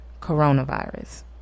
coronavirus